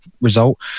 result